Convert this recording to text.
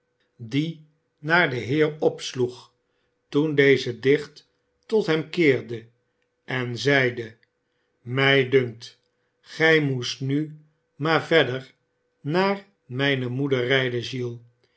die hij naar den heer opsloeg toen deze dich tot hem keerde en zeide mij dunkt gij moest nu maar verder naar mijne moeder rijden giles